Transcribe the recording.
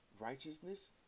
righteousness